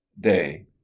Day